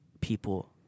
people